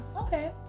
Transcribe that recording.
okay